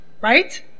Right